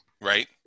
Right